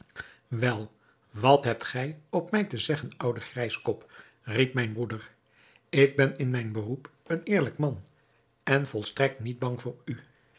wel wat hebt gij op mij te zeggen oude grijskop riep mijn broeder ik ben in mijn beroep een eerlijk man en volstrekt niet bang voor u